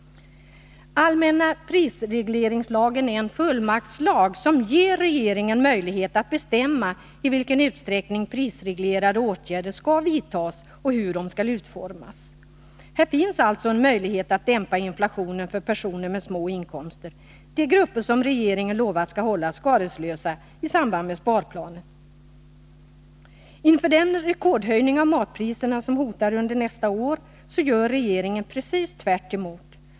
Allmänna prisregleringslagen är en fullmaktslag som ger regeringen möjlighet att bestämma i vilken utsträckning prisreglerande åtgärder skall vidtas och hur de skall utformas. Här finns alltså möjlighet att dämpa inflationens verkningar för personer med små inkomster, de grupper som regeringen lovat skall hållas skadeslösa i samband med sparplanen. Inför den rekordhöjning av matpriserna som hotar under nästa år gör regeringen precis tvärt emot.